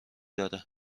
داره